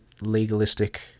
legalistic